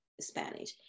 Spanish